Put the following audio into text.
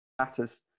matters